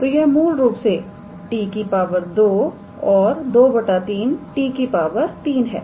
तो यह मूल रूप से 𝑡 2 और 2 3 𝑡 3 है